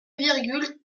virgule